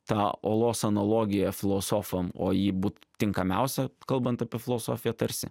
tą olos analogiją filosofam o ji būt tinkamiausia kalbant apie filosofiją tarsi